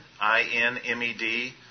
I-N-M-E-D